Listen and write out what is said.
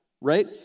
right